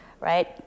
right